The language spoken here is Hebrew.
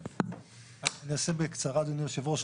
אני אנסה בקצרה אדוני היושב-ראש,